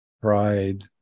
pride